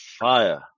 fire